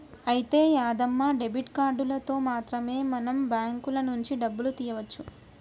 అయితే యాదమ్మ డెబిట్ కార్డులతో మాత్రమే మనం బ్యాంకుల నుంచి డబ్బులు తీయవచ్చు